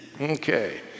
Okay